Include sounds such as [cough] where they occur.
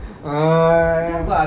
[noise]